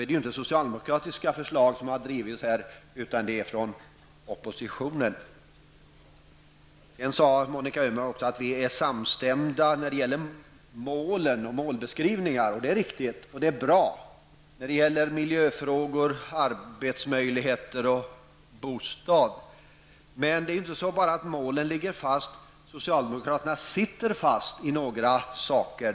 Det är inte socialdemokratiska förslag som har förts fram, utan de kommer från oppositionen. Sedan sade Monica Öhman att vi är samstämda när det gäller målen och målbeskrivningar. Det är riktigt, och det är bra när det gäller miljöfrågor, arbetsmöjligheter och bostäder. Men det är inte bara målen som ligger fast, socialdemokraterna sitter fast i några saker.